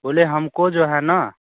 बोले हमको जो है न